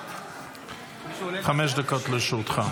חמש דקות לרשותך.